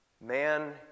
man